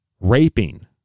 Raping